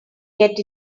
get